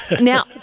Now